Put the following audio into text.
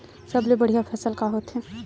सबले बढ़िया फसल का होथे?